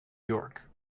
york